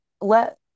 let